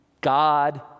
God